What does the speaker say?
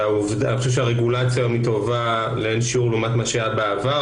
אני חושב שהרגולציה טובה לאין שיעור לעומת מה שהיה בעבר.